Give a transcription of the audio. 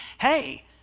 hey